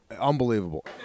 unbelievable